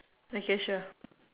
okay sure